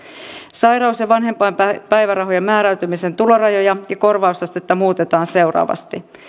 sairaus ja vanhempainpäivärahojen määräytymisen tulorajoja ja korvausastetta muutetaan seuraavasti